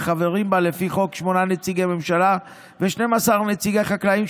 וחברים בה לפי החוק שמונה נציגי הממשלה ו-12 נציגי חקלאים,